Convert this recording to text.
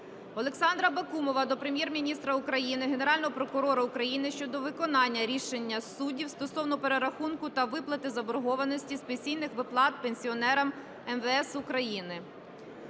Олександра Бакумова до Прем'єр-міністра України, Генерального прокурора України щодо виконання рішення судів стосовно перерахунку та виплати заборгованості з пенсійних виплат пенсіонерам МВС України.